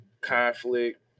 conflict